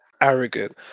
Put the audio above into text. arrogant